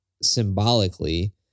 symbolically